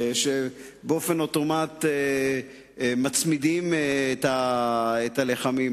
שבאופן אוטומטי מצמידים להם את הלחמים.